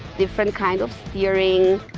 different kinds of steering.